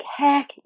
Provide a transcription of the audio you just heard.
Heck